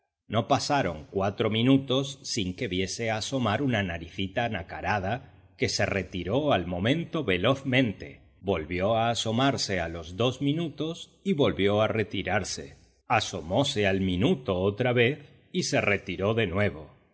no pasaron cuatro minutos sin que viese asomar una naricita nacarada que se retiró al momento velozmente volvió a asomarse a los dos minutos y volvió a retirarse asomose al minuto otra vez y se retiró de nuevo